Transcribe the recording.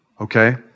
okay